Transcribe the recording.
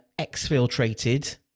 exfiltrated